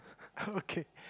okay